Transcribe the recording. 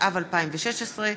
התשע"ו 2016,